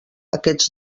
aquests